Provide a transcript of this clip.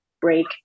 break